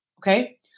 okay